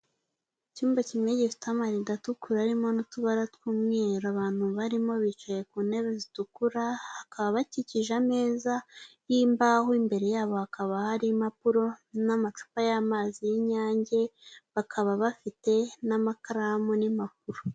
Icyumba kimwe gifite amarido atukura arimo n'utubara tw'umweru abantu barimo bicaye ku ntebe zitukura, bakaba bakikije ameza y'imbaho imbere yabo hakaba hari impapuro n'amacupa y'amazi y'Inyange, bakaba bafite n'amakaramu n'impapuro.